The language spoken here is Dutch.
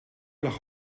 lag